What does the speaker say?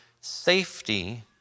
safety